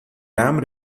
dam